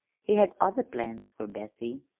he had other plans fer bessie,